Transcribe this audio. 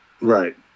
Right